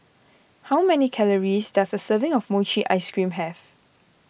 how many calories does a serving of Mochi Ice Cream have